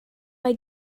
mae